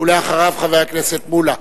אחריו, חבר הכנסת מולה.